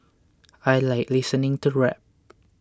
I like listening to rap